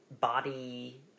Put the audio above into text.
body